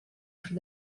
for